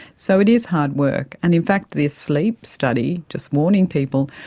so it is hard work, and in fact the sleep study, just warning people,